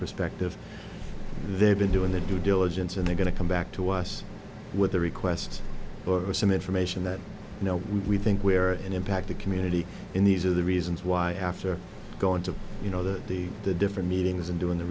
perspective they've been doing their due diligence and they're going to come back to us with a request for some information that you know we think we are an impact the community in these are the reasons why after going to you know the the the different meetings and doing the